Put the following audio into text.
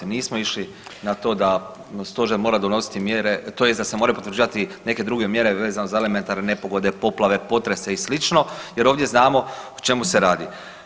Nismo išli na to da nam Stožer mora donositi mjere, tj. da se moraju potvrđivati neke druge mjere za elementarne nepogode, poplave, potrese i slično jer ovdje znamo o čemu se radi.